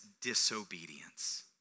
disobedience